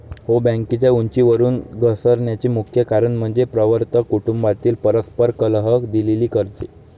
हो, बँकेच्या उंचीवरून घसरण्याचे मुख्य कारण म्हणजे प्रवर्तक कुटुंबातील परस्पर कलह, दिलेली कर्जे